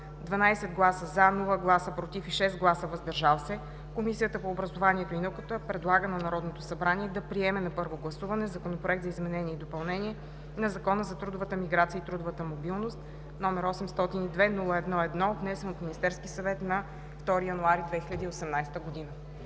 12 гласа „за“, без „против“ и 6 гласа „въздържали се“ Комисията по образованието и науката предлага на Народното събрание да приеме на първо гласуване Законопроект за изменение и допълнение на Закона за трудовата миграция и трудовата мобилност, № 802-01-1, внесен от Министерския съвет на 2 януари 2018 г.“